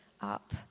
up